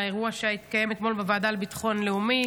לאירוע שהתקיים אתמול בוועדה לביטחון לאומי,